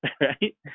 right